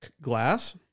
glass